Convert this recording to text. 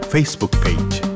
Facebook-page